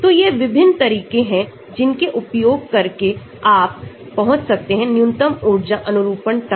तो ये विभिन्न तरीके हैं जिनके उपयोग करके आपपहुंच सकते हैं न्यूनतम ऊर्जा अनुरूपण तक